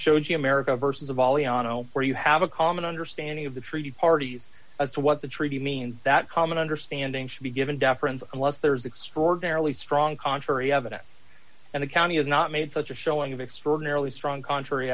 the america versus the volley on o where you have a common understanding of the treaty parties as to what the treaty means that common understanding should be given deference unless there's extraordinarily strong contrary evidence and the county has not made such a showing of extraordinarily strong contrary